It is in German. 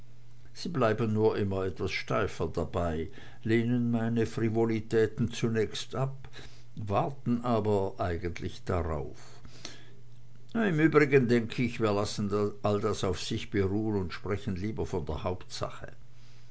sie bleiben nur immer etwas steifer dabei lehnen meine frivolitäten zunächst ab warten aber eigentlich darauf im übrigen denk ich wir lassen all das auf sich beruhn und sprechen lieber von der hauptsache